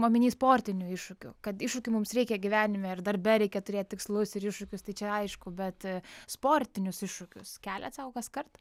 omeny sportinių iššūkių kad iššūkių mums reikia gyvenime ir darbe reikia turėt tikslus ir iššūkius tai čia aišku bet sportinius iššūkius keliat sau kaskart